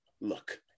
look